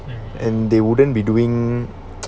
and they wouldn't be doing